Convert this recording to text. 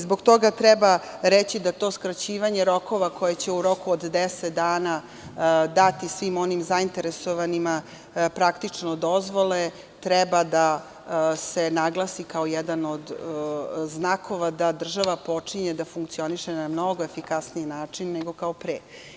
Zbog toga treba reći da to skraćivanje rokova koje će u roku od 10 dana dati svim onim zainteresovanima dozvole, treba da se naglasi kao jedan od znakova da država počinje da funkcioniše na mnogo efikasniji način nego kao pre.